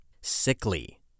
sickly